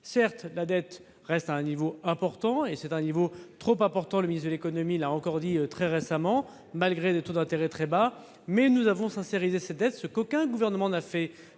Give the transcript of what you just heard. Certes, la dette reste à un niveau important, et même trop important, comme le ministre de l'économie l'a encore dit très récemment, malgré des taux d'intérêt très bas. En revanche, nous avons « sincérisé » cette dette, ce qu'aucun gouvernement n'avait